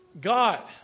God